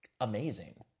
amazing